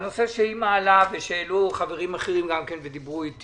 הנושא שהיא מעלה ושהעלו חברים אחרים שדיברו איתי